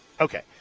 Okay